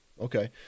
Okay